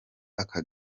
aka